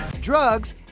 Drugs